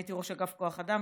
הייתי ראש אגף כוח אדם,